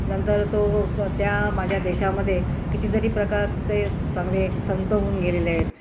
नंतर तो त्या माझ्या देशामध्ये कितीतरी प्रकारचे चांगले संत होऊन गेलेले आहेत